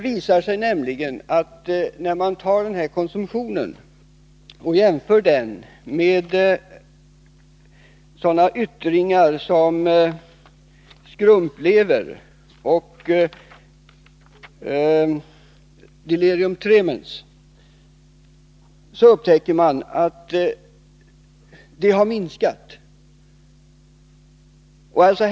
När man jämför konsumtionen med sådana yttringar som skrumplever och delirium tremens, så upptäcker man att dessa sjukdomar har minskat under senare år.